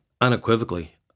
unequivocally